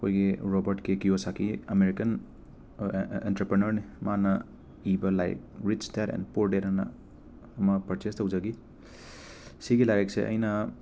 ꯑꯩꯈꯣꯏꯒꯤ Robert K ꯀꯤꯌꯣꯁꯥꯀꯤ American ꯑ ꯑꯦ ꯑꯦ ꯑꯦꯟꯇꯔꯄ꯭ꯔꯦꯅꯔꯅꯤ ꯃꯥꯅ ꯏꯕ ꯂꯥꯏꯔꯤꯛ Rich Dad and Poor Dad ꯍꯥꯏꯅ ꯑꯃ ꯄꯔꯆꯦꯁ ꯇꯧꯖꯈꯤ ꯁꯤꯒꯤ ꯂꯥꯏꯔꯤꯛꯁꯦ ꯑꯩꯅ